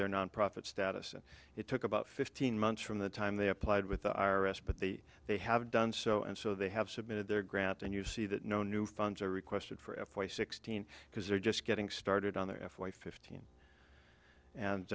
their nonprofit status and it took about fifteen months from the time they applied with the r s but they they have done so and so they have submitted their grants and you see that no new funds are requested for f y sixteen because they're just getting started on the f y fifteen and